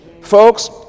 Folks